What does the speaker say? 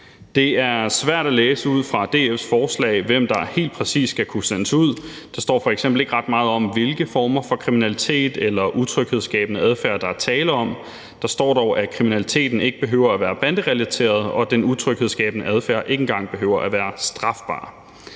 Det er svært at læse ud fra DF's forslag, hvem der helt præcis skal kunne sendes ud. Der står f.eks. ikke ret meget om, hvilken form for kriminalitet eller utryghedsskabende adfærd der er tale om. Der står dog, at kriminaliteten ikke behøver at være banderelateret, og at den utryghedsskabende adfærd ikke engang behøver at være strafbar.